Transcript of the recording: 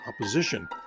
opposition